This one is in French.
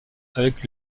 avec